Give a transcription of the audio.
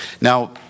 Now